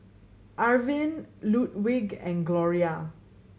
Arvin Ludwig and Gloria